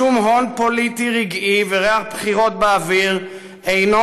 שום הון פוליטי רגעי וריח בחירות באוויר אינם